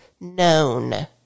known